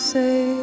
say